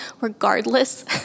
regardless